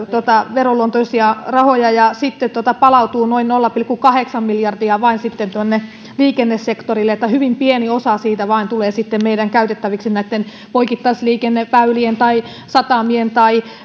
veroluonteisia rahoja ja siitä palautuu vain noin nolla pilkku kahdeksan miljardia tuonne liikennesektorille eli vain hyvin pieni osa siitä tulee sitten meidän käytettäviksi näitten poikittaisliikenneväylien tai satamien tai